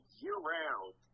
year-round